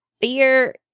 fear